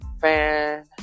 fan